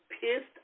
pissed